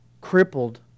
crippled